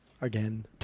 Again